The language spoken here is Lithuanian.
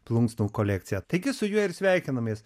plunksnų kolekciją taigi su juo ir sveikinamės